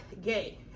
gay